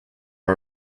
are